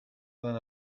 than